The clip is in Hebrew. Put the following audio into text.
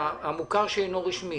והחינוך המוכר שאינו רשמי